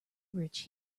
rich